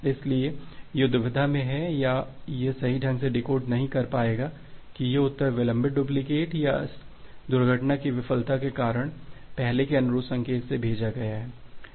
इसलिए यह दुविधा में है या यह सही ढंग से डिकोड नहीं कर पाएगा कि यह उत्तर विलंबित डुप्लीकेट या इस दुर्घटना की विफलता के कारण पहेले के अनुरोध संकेत से भेजा गया है